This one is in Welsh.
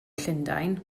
llundain